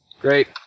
Great